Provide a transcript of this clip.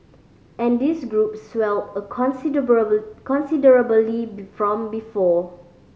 and this group swelled considerably be from before